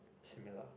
similar